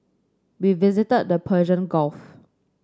we visited the Persian Gulf